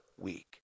week